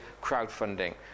crowdfunding